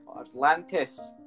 Atlantis